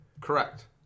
correct